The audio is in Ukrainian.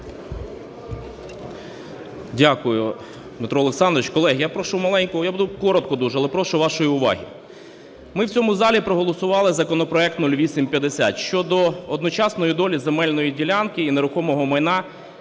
Дякую, Дмитро Олександрович. Колеги, я прошу маленьку… Я буду коротко дуже, але прошу вашої уваги. Ми в цьому залі проголосували законопроект 0850 щодо одночасної долі земельної ділянки і нерухомого майна,